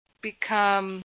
become